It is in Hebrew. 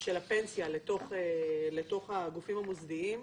של הפנסיה לתוך הגופים המוסדיים,